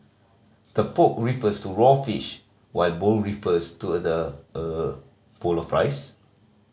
the poke refers to raw fish while the bowl refers to the er bowl of rice